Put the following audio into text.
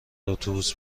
اتوبوس